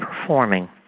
performing